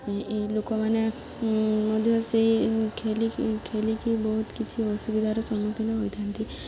ଏହି ଲୋକମାନେ ମଧ୍ୟ ସେଇ ଖେଳିକି ଖେଳିକି ବହୁତ କିଛି ଅସୁବିଧାର ସମ୍ମୁଖୀନ ହୋଇଥାନ୍ତି